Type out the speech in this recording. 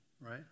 right